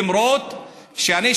למרות שאני,